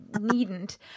needn't